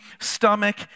stomach